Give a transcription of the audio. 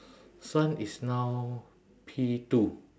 son is now P two